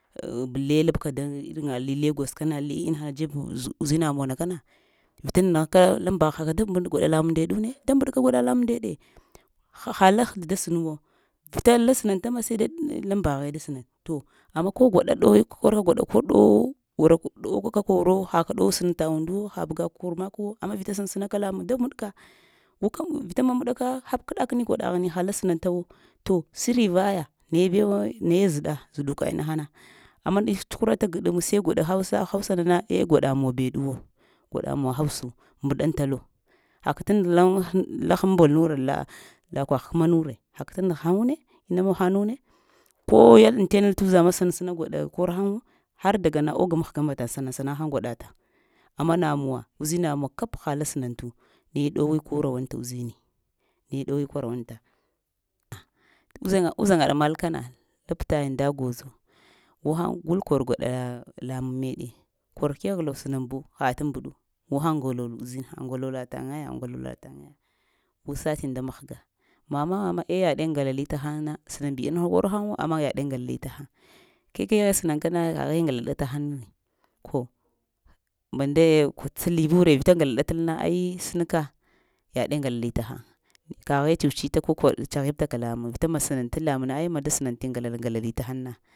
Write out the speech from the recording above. le lab ka daŋ iraŋg la legos kana le ina hana jeb muwa uz uzina muna kana vita naŋaghaka lambagha haka da mbaɗ gwaɗa lamaŋ nda neɗune da mbaɗ kan gwaɗa lamaŋg nda needɗe haha lhun da suuwo vita las snantama saide lambaghe da snantoo amma ko gwaɗ ɗowe kor gwada kol ɗowee gwaɗo ɗow kakoro haka ɗow snanta uduwo ha bga kor makwo amma vita sansnaka la mɗə da mɗka guka vita mamɗaka ha kɗakni gwaɗaghini hala snantaw too sri vaya naye bəw nayə zɗa zuduka nahana amma tskurata guɗmussə sai gwaɗa hausa, hausanana aəh gwaɗa muwa befow gwaɗa muswa hausa mbɗaŋtalo haka ta nagh lah la han mbol nure la lakwah kmanure laka ta nagh ta haŋne ina mun haŋgnune ko ya anmtanaltuzan sansna gwaɗa tkor haŋge har dagana oga mahganmbatan sanansana haŋg gwaɗa tan amma namuwa uzinawa kap haha snantao nayee ɗowe kwarawune uzini, naye ɗowe kwarawanta aəh uzan uzan mal kana lap ta yən da gwozo gu han gul kor gwaɗa lamaŋ meɗe kor keghe lo snanbo ha tambɗawo gu haŋg ngulolo uzinha ngalolato gu satin da manga mama madi yaɗe ngalahtaha na snanbi ina kar haŋgwo amma yaɗe ngala litahaŋ kakeghe snanka kaghe nglaɗa han ne koh til bule re vita ngladatal na ai tsnka yaɗe nglale tahaŋ kaghe stusteta ko kal stagheebla lamaŋ vita ma snante lamaŋna, aəh mada snantee nglala nglita haŋ na